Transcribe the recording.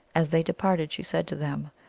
as they departed she said to them,